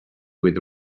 with